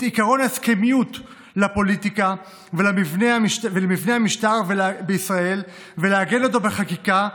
את עקרון ההסכמיות לפוליטיקה ולמבנה המשטר בישראל ולעגן אותו בחקיקה,